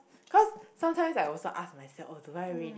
cause sometimes I also ask myself oh do I really